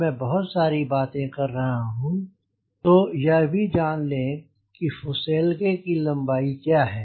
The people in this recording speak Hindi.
जब मैं बहुत सारी बातें कर रहा हूं तो यह भी जान लें कि फुसेलगे की लंबाई क्या है